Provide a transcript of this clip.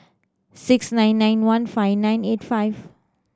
six nine nine one five nine eight five